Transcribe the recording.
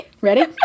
Ready